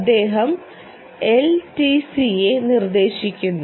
അദ്ദേഹം എൽടിസിയെ നിർദ്ദേശിക്കുന്നു